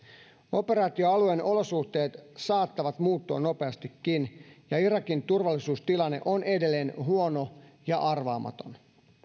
operaatioalueen olosuhteet saattavat muuttua nopeastikin ja irakin turvallisuustilanne on edelleen huono ja arvaamaton